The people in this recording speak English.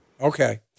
Okay